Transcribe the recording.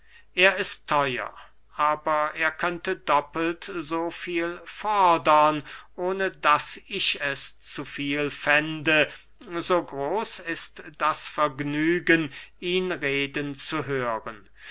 er ist theuer aber er könnte doppelt so viel fordern ohne daß ich es zu viel fände so groß ist das vergnügen ihn reden zu hören